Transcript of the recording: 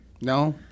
no